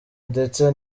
ndetse